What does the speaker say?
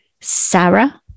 Sarah